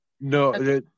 No